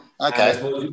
Okay